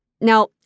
Now